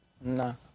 no